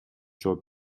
жооп